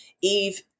Eve